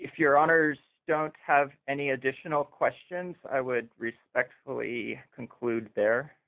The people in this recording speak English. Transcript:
if your honour's don't have any additional questions i would respectfully conclude they're